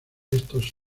estos